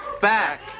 Back